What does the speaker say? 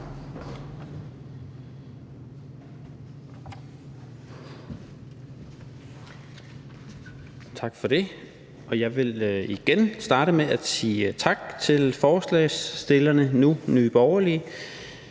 Tak for det. Jeg vil igen starte med at sige tak til forslagsstillerne, som denne